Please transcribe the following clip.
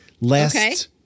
last